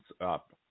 up